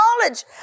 knowledge